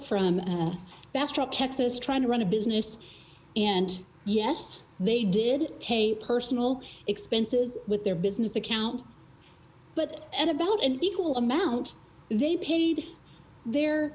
bastrop texas trying to run a business and yes they did pay personal expenses with their business account but at about an equal amount they paid their